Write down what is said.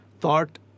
thought